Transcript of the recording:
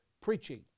preaching